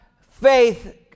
faith